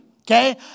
Okay